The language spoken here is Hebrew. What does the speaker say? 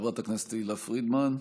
חברת הכנסת תהלה פרידמן.